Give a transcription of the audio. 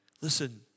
Listen